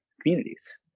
communities